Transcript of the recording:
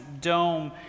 dome